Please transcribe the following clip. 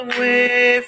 Away